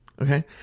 Okay